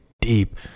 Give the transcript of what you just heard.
deep